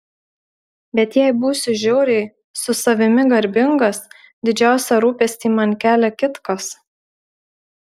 bet jei būsiu žiauriai su savimi garbingas didžiausią rūpestį man kelia kitkas